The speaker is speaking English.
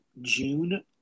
June